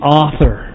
author